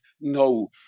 no